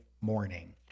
morning